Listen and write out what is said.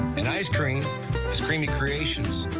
and ice cream is creamy creations.